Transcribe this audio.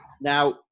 Now